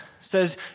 says